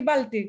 קיבלתי.